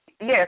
Yes